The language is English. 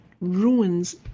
ruins